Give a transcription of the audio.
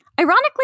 Ironically